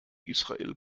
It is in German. israel